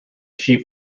sheep